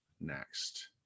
next